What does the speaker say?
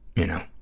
you know.